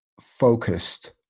focused